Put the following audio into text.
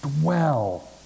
dwell